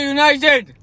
United